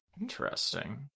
Interesting